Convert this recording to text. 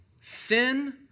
sin